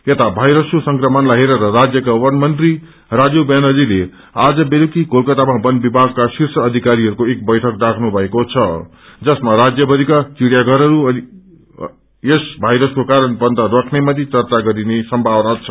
यता वायसको संक्रमणलाई हेरेर राज्यका वनमंत्री राजीव व्यानर्जीले आज बेलुकीकोलाकातामा वन विभागका शीर्ष अधिकारीहरूको एक बैठक डाक्नुभएको छ जसमा राज्यभरिका चिड़ियाघरहरू यस वायरसको कारण बन्द राख्नेमाथि चर्चा गरिने सम्भावना छ